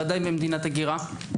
ודאי במדינת הגירה.